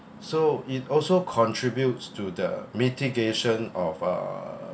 so it also contributes to the mitigation of uh